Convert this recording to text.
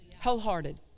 Wholehearted